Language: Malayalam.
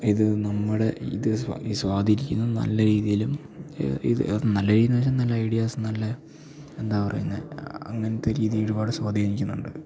ഇത് നമ്മുടെ ഇത് സ്വാധീനിക്കുന്ന നല്ല രീതീലും ഇത് നല്ല രീതീന്ന് വച്ചാ നല്ല ഐഡ്യാസ് നല്ല എന്താ പറയുന്നത് അങ്ങനത്തെ രീതീ ഒര്പാട് സ്വാധീനിക്കുന്നുണ്ട്